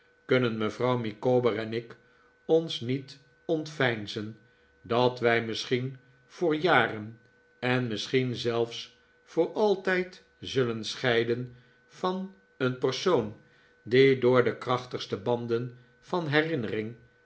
kunnen mevrouw micawber en ik ons niet ontveinzen dat wij misschien voor jaren en misschien zeifs voor altijd zullen scheiden van een persoon die door de krachtigste banden van herinnering